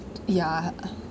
ya